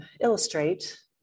illustrate